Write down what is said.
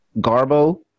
Garbo